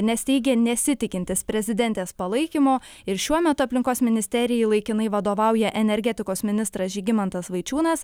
nes teigė nesitikintis prezidentės palaikymo ir šiuo metu aplinkos ministerijai laikinai vadovauja energetikos ministras žygimantas vaičiūnas